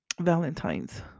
valentine's